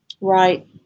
Right